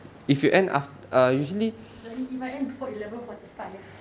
like if I end before eleven forty five